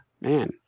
Man